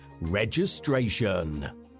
registration